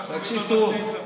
אנחנו, תקשיב טוב.